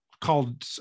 called